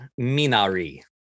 Minari